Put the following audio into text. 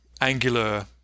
Angular